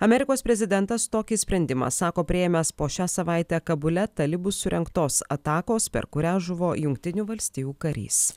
amerikos prezidentas tokį sprendimą sako priėmęs po šią savaitę kabule talibų surengtos atakos per kurią žuvo jungtinių valstijų karys